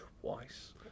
twice